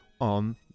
on